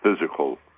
physical